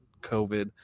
COVID